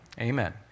Amen